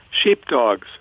sheepdogs